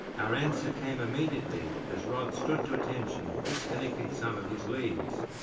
our answer came immediately, as rod stood to attention, disconnecting some of his leads.